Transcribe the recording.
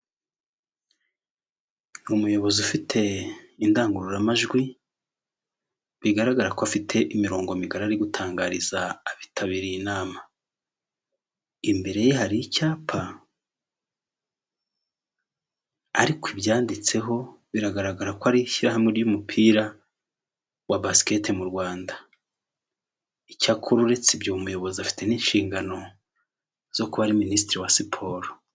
Akabutike gahagarariye emutiyeni Rwanda gacuruza amayinite amakarita amasimukadi gashobora no kugufasha kuri serivisi z'indi wawukenera kuri emutiyeni mobayire mani iyi nikiyoswe ushobora gusangamo serivisi za emutiyeni muga mobayire mani.